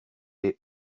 est